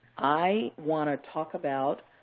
i want to talk about